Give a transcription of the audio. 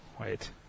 wait